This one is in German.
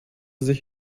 sich